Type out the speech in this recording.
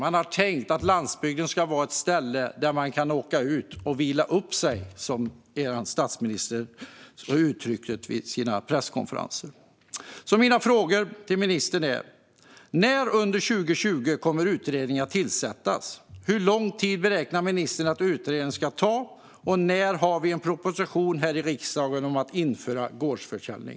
Man ser landsbygden som ett ställe dit folk kan åka och vila upp sig, som statsministern har uttryckt det på sina presskonferenser. Mina frågor till ministern är: När under 2020 kommer utredningen att tillsättas? Hur lång tid beräknar ministern att utredningen ska ta, och när har vi en proposition i riksdagen om att införa gårdsförsäljning?